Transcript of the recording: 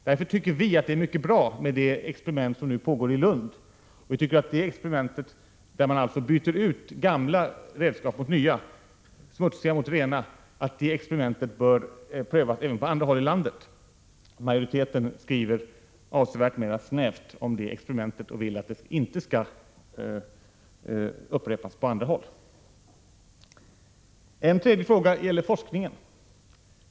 Därför tycker vi att det experiment som nu pågår i Lund är mycket bra, där man byter ut gamla redskap mot nya, smutsiga mot rena. Vi tycker det experimentet bör prövas även på andra håll i landet. Majoriteten skriver avsevärt mera snävt om detta experiment och vill att det inte skall upprepas på andra håll. En tredje fråga är forskningen.